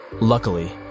Luckily